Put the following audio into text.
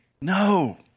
No